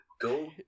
go